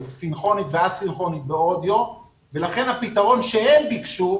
סינכרונית וא-סינכרונית בעוד יום ולכן הפתרון שהם ביקשו,